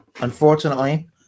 Unfortunately